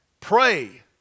pray